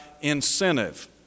incentive